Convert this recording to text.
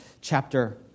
chapter